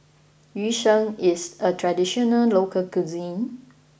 Yu Sheng is a traditional local cuisine